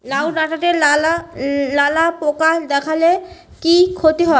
লাউ ডাটাতে লালা পোকা দেখালে কি ক্ষতি হয়?